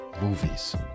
movies